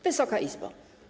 Wysoka Izbo!